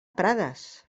prades